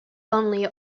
only